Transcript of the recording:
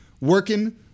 working